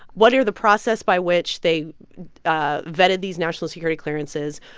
what are the process by which they ah vetted these national security clearances?